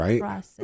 Right